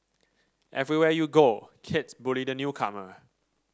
everywhere you go kids bully the newcomer